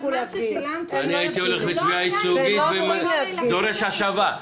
אני הייתי הולך לתביעה ייצוגית ודורש השבה.